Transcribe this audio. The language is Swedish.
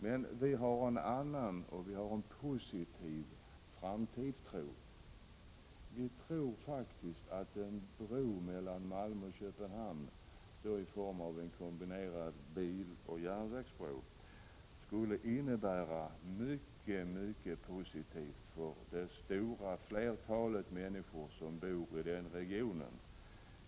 Men vi har en annan och positiv framtidstro. Vi tror faktiskt att en bro mellan Malmö och Köpenhamn, och då i form av en kombinerad biloch järnvägsbro, skulle innebära mycket positivt för det stora flertalet människor som bor i den regionen.